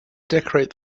decorate